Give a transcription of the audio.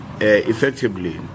effectively